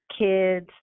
kids